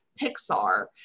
Pixar